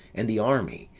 and the army,